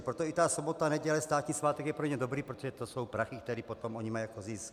Proto i ta sobota, neděle, státní svátek jsou pro ně dobré, protože to jsou prachy, které potom oni mají jako zisk.